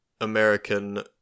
American